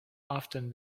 often